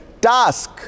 task